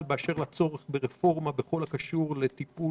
באשר לצורך ברפורמה בכל הקשור לטיפול